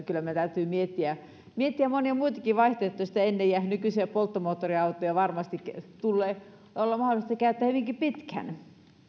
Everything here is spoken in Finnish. kyllä meidän täytyy miettiä miettiä monia muitakin vaihtoehtoja sitä ennen ja nykyisiä polttomoottoriautoja varmasti tulee olla mahdollista käyttää hyvinkin pitkään